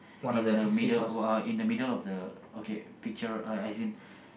in the middle oh uh in the middle of the okay picture uh as in